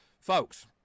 Folks